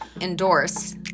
endorse